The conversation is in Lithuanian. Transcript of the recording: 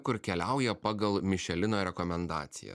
kur keliauja pagal mišelino rekomendaciją